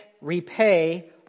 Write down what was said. repay